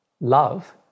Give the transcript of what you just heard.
love